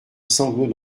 sanglot